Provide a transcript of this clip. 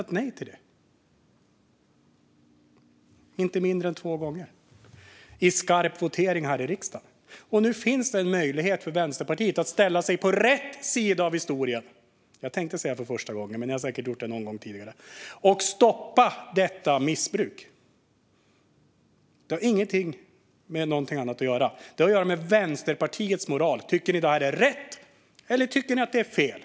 Det har ni gjort inte mindre än två gånger i skarp votering här i riksdagen. Nu finns det en möjlighet för Vänsterpartiet att ställa sig på rätt sida av historien - jag tänkte säga för första gången, men ni har säkert gjort det någon gång tidigare - och stoppa detta missbruk. Det handlar om Vänsterpartiets moral. Tycker ni att detta är rätt, eller tycker ni att det är fel?